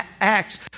Acts